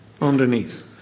underneath